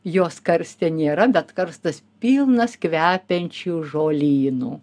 jos karste nėra bet karstas pilnas kvepiančių žolynų